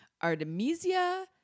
Artemisia